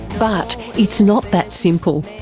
but it's not that simple.